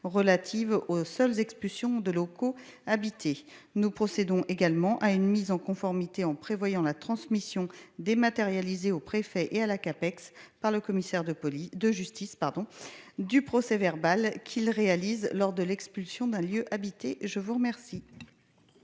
relatives aux seuls expulsion de locaux habités nous procédons également à une mise en conformité en prévoyant la transmission dématérialisée au préfet et à la CAPEX par le commissaire de police, de justice pardon du procès-verbal qu'ils réalisent lors de l'expulsion d'un lieu habité, je vous remercie.